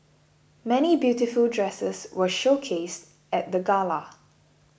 many beautiful dresses were showcased at the gala